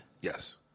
Yes